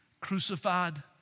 crucified